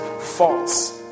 false